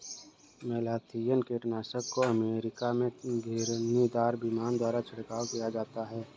malathion कीटनाशक को America में घिरनीदार विमान द्वारा छिड़काव किया जाता है